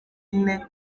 ine